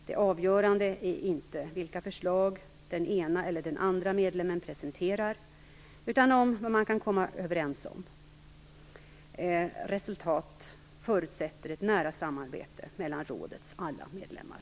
Det avgörande är inte vilka förslag den ena eller den andra medlemmen presenterar utan vad man kan komma överens om. Resultat förutsätter ett nära samarbete mellan rådets alla medlemmar.